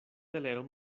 telero